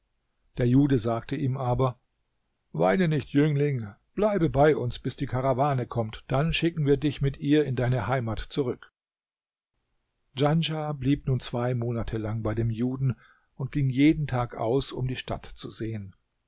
der jude sagte ihm aber weine nicht jüngling bleibe bei uns bis die karawane kommt dann schicken wir dich mit ihr in deine heimat zurück djanschah blieb nun zwei monate lang bei dem juden und ging jeden tag aus um die stadt zu sehen